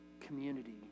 community